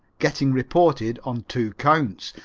getting reported on two counts.